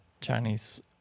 Chinese